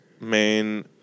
main